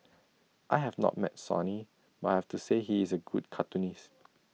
I have not met Sonny but I have to say he is A good cartoonist